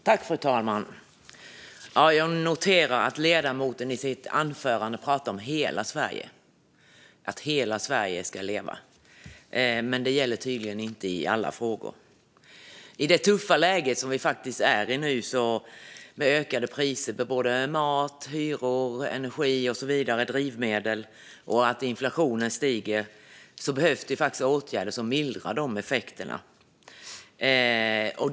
Fru talman! Jag noterade att ledamoten i sitt anförande pratade om att hela Sverige ska leva. Men det gäller tydligen inte i alla frågor. I dagens tuffa läge med ökade priser på mat, hyror, energi och drivmedel och stigande inflation behövs det åtgärder som mildrar dessa effekter.